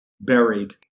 buried